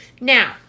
Now